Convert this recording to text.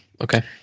Okay